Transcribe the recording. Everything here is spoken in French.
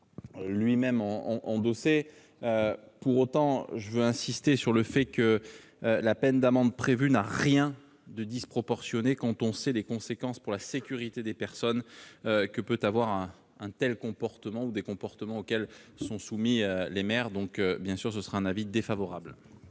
lui- même en endosser pour autant, je veux insister sur le fait que la peine d'amende prévue n'a rien de disproportionné quand on sait les conséquences pour la sécurité des personnes que peut avoir un tels comportements ou des comportements auxquels sont soumis les maires, donc bien sûr, ce sera un avis défavorable.